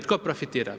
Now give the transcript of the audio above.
Tko profitira?